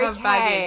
Okay